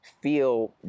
feel